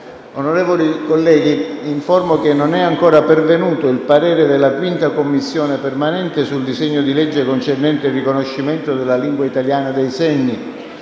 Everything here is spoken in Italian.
Onorevoli colleghi, vi informo che non è ancora pervenuto il parere della 5a Commissione permanente sul disegno di legge concernente il riconoscimento della lingua italiana dei segni.